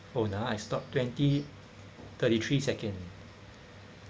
oh now I stop twenty thirty three second